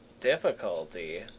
Difficulty